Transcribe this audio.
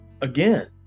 again